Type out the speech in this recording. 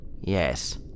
Yes